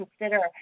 consider